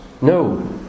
No